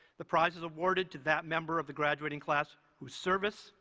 the prize is awarded to that member of the graduating class whose service,